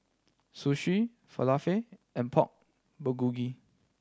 Sushi Falafel and Pork Bulgogi